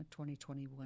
2021